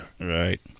Right